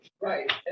right